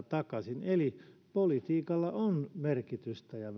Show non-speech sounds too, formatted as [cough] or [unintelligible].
[unintelligible] takaisin eli politiikalla on merkitystä ja [unintelligible]